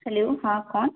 hello हाँ कौन